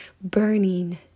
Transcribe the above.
burning